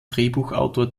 drehbuchautor